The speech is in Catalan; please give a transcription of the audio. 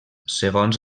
segons